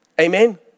Amen